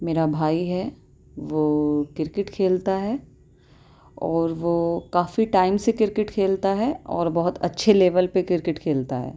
میرا بھائی ہے وہ کرکٹ کھیلتا ہے اور وہ کافی ٹائم سے کرکٹ کھیلتا ہے اور بہت اچھے لیول پہ کرکٹ کھیلتا ہے